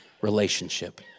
relationship